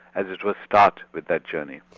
as it were, start with that journey.